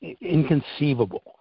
inconceivable